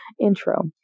intro